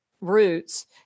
roots